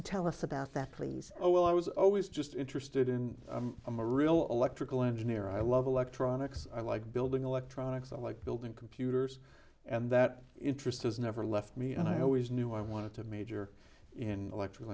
things tell us about that please oh well i was always just interested in i'm a real aleck trickle engineer i love electronics i like building electronics i like building computers and that interest has never left me and i always knew i wanted to major in electrical